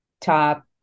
top